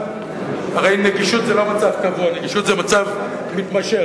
הרי נגישות זה לא מצב קבוע, נגישות זה מצב מתמשך.